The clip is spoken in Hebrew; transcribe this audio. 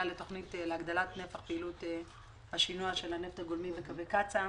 לתוכנית להגדלת נפח פעילות השינוע של הנפט הגולמי וקווי קצא"א,